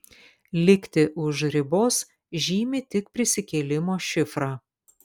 likti už ribos žymi tik prisikėlimo šifrą